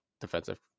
defensive